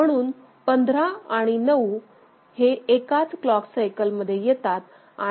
म्हणून 15 आणि 9 हे एकाच क्लॉक सायकल मध्ये येतात आणि हे असे सुरू असते